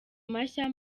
mashya